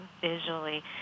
visually